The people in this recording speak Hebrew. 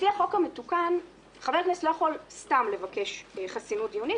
לפי החוק המתוקן חבר הכנסת לא יכול סתם לבקש חסינות דיונית,